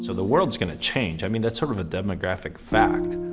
so the world's going to change. i mean, that's sort of a demographic fact,